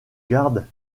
garde